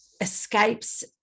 escapes